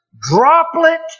droplet